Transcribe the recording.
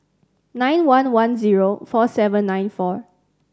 nine one one zero four seven nine four